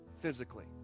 physically